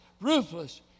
ruthless